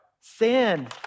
sin